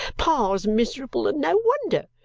pa's miserable, and no wonder!